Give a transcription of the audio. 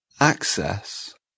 access